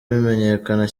bimenyekana